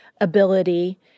ability